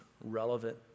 relevant